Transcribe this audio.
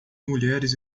mulheres